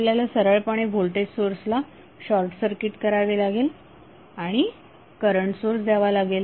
आपल्याला सरळपणे व्होल्टेज सोर्सला शॉर्टसर्किट करावे लागेल आणि करंट सोर्स द्यावा लागेल